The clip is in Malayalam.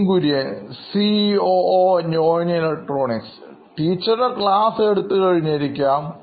Nithin Kurian COO Knoin Electronics ടീച്ചറുടെ ക്ലാസ് എടുത്തു കഴിഞ്ഞിരിക്കാം